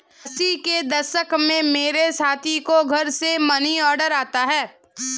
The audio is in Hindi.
अस्सी के दशक में मेरे साथी को घर से मनीऑर्डर आता था